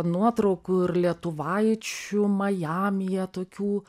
nuotraukų ir lietuvaičių majamyje tokių